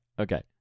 okay